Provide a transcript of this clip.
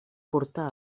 portà